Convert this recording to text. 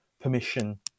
permission